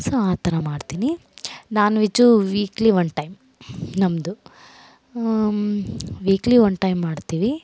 so ಆ ಥರ ಮಾಡ್ತೀನಿ ನಾನು ಹೆಚ್ಚು ವೀಕ್ಲಿ ಒನ್ ಟೈಮ್ ನಮ್ಮದು ವೀಕ್ಲಿ ಒನ್ ಟೈಮ್ ಮಾಡ್ತೀವಿ